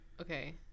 Okay